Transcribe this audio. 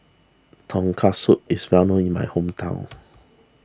Tonkatsu is well known in my hometown